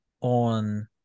on